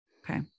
Okay